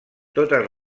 totes